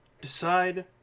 Decide